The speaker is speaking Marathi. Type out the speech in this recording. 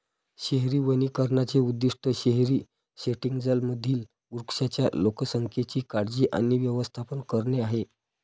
शहरी वनीकरणाचे उद्दीष्ट शहरी सेटिंग्जमधील वृक्षांच्या लोकसंख्येची काळजी आणि व्यवस्थापन करणे आहे